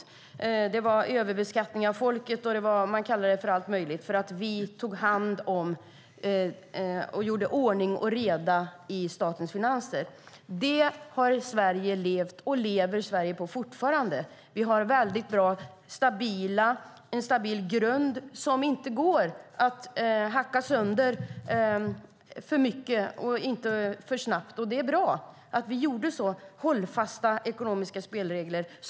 Man kallade det för överbeskattning av folket och allt möjligt när vi skapade ordning och reda i statens finanser. Det här lever Sverige fortfarande på. Vi har en stabil grund som det inte går att hacka sönder så lätt och snabbt. Det var bra att vi gjorde så hållfasta ekonomiska spelregler.